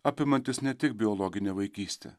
apimantis ne tik biologinę vaikystę